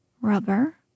Rubber